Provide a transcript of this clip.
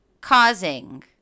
causing